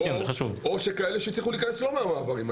או כאלה שהצליחו להיכנס לא מהמעברים,